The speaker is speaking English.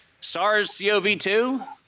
SARS-CoV-2